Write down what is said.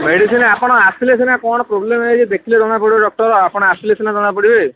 medicine ଆପଣ ଆସିଲେ ସିନା କ'ଣ ପ୍ରୋବ୍ଲେମ୍ ହେଇଛି ଦେଖିଲେ ଜଣାପଡ଼ିବ ଡକ୍ଟର୍ ଆପଣ ଆସିଲେ ସିନା ଜଣାପଡ଼ିବେ